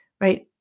right